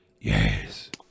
Yes